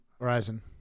Horizon